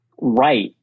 right